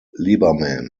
lieberman